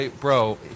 Bro